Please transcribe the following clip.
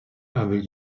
avec